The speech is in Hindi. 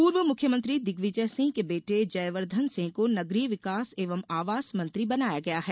पूर्व मुख्यमंत्री दिग्विजय सिंह के बेटे जयवर्धन सिंह को नगरीय विकास एवं आवास मंत्री बनाया गया है